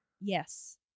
Yes